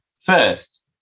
First